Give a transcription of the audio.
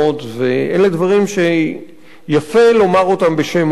ואלה דברים שיפה לומר אותם בשם אומרם.